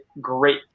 great